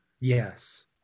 Yes